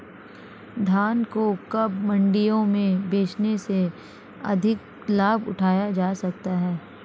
धान को कब मंडियों में बेचने से अधिक लाभ उठाया जा सकता है?